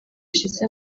ishize